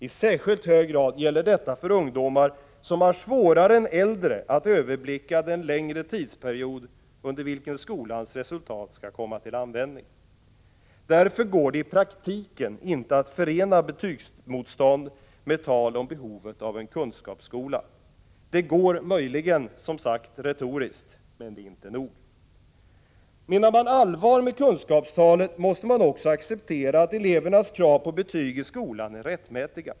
I särskilt hög grad gäller detta för ungdomar som har svårare än äldre att överblicka den längre tidsperiod under vilken skolans resultat skall komma till användning. Därför går det i praktiken inte att förena betygsmotstånd med tal om behovet av en kunskapsskola. Det går möjligen retoriskt, men det är inte nog. Menar man allvar med kunskapstalet måste man också acceptera att elevernas krav på betyg i skolan är rättmätiga.